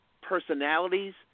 personalities